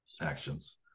actions